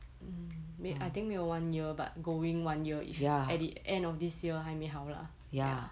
mm 没 I think 没有 one year but going one year if at the end of this year 还没好 lah